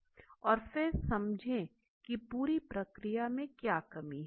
और फिर समझे की पूरी प्रक्रिया में क्या कमी है